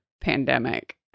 pandemic